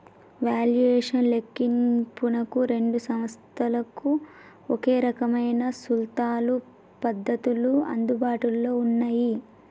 valuation లెక్కింపునకు రెండు సంస్థలకు ఒకే రకమైన సూత్రాలు, పద్ధతులు అందుబాటులో ఉన్నయ్యి